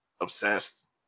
obsessed